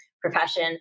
profession